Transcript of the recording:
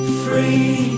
free